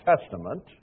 Testament